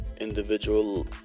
individual